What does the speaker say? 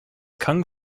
kung